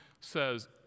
says